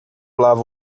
lava